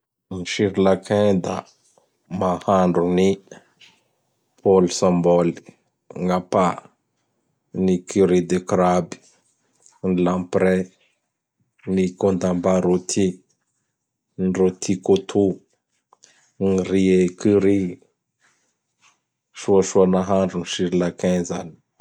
Gny Sirlankain da mahandro ny: Pôlsombôly, gn'Apa, gn Kiry de Krabe, gn lamprai, ny contamba rôti, ny rôti kôto, ny riz ekury. Soasoa nahandro gn Syrlankain zany.